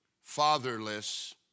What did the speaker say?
fatherless